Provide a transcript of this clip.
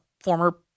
former